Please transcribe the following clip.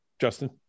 Justin